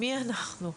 מי אנחנו?